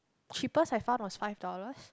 cheapest I found was five dollars